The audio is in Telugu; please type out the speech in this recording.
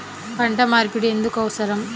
పంట మార్పిడి ఎందుకు అవసరం?